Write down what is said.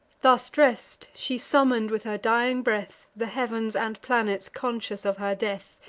thus dress'd, she summon'd, with her dying breath, the heav'ns and planets conscious of her death,